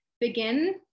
begin